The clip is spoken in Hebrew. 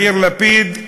יאיר לפיד,